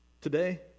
today